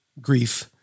grief